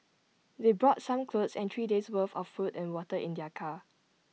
they brought some clothes and three days' worth of food and water in their car